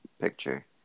picture